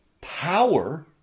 power